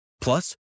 Plus